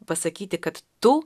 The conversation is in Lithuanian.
pasakyti kad tu